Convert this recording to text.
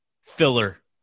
filler